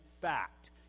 fact